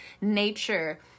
nature